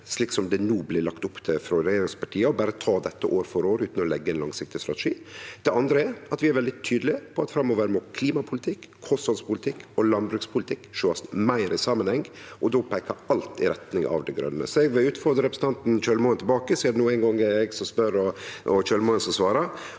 slik som det no blir lagt opp til frå regjeringspartia, og berre ta dette år for år utan å leggje ein langsiktig strategi. Det andre at vi er veldig tydelege på at framover må klimapolitikk, kosthaldspolitikk og landbrukspolitikk sjåast meir i samanheng, og då peiker alt i retning av det grøne. Eg vil utfordre representanten Kjølmoen tilbake, sidan det no eingong er eg som spør og Kjølmoen som svarar: